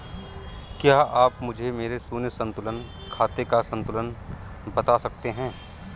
क्या आप मुझे मेरे शून्य संतुलन खाते का संतुलन बता सकते हैं?